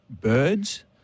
birds